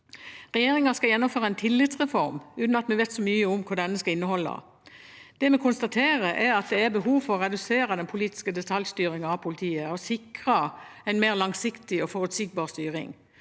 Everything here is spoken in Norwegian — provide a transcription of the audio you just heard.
Regjeringen skal gjennomføre en tillitsreform, uten at vi vet så mye om hva denne skal inneholde. Det vi konstaterer, er at det er behov for å redusere den politiske detaljstyringen av politiet og sikre en mer langsiktig og forutsigbar styring.